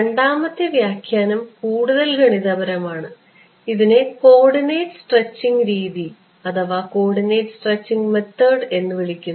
രണ്ടാമത്തെ വ്യാഖ്യാനം കൂടുതൽ ഗണിതപരമാണ് ഇതിനെ കോർഡിനേറ്റ് സ്ട്രെച്ചിംഗ് രീതി എന്ന് വിളിക്കുന്നു